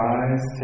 eyes